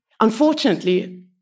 Unfortunately